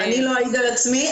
אני לא אעיד על עצמי.